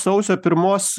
sausio pirmos